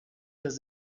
does